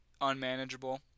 unmanageable